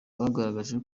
bwagaragaje